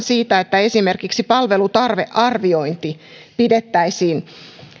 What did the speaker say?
siitä että esimerkiksi palvelutarvearviointi pidettäisiin